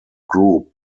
group